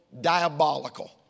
diabolical